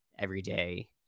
everyday